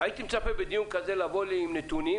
הייתי מצפה בדיון כזה לבוא עם נתונים